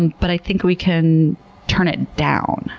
and but i think we can turn it down.